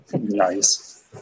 Nice